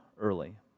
Early